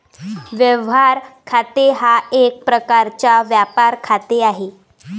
व्यवहार खाते हा एक प्रकारचा व्यापार खाते आहे